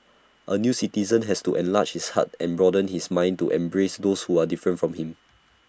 A new citizen has to enlarge his heart and broaden his mind to embrace those who are different from him